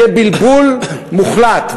יהיה בלבול מוחלט.